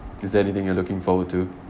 is there anything you are looking forward to